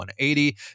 180